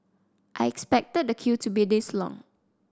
I expected the queue to be this long